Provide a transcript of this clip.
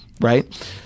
Right